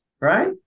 Right